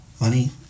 money